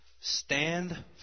Stand